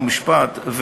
חוק ומשפט,